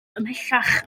ymhellach